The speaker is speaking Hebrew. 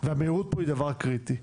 והמהירות פה היא דבר קריטי.